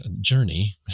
journey